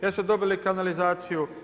Jesu dobili kanalizaciju?